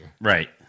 Right